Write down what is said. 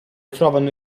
trovano